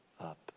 up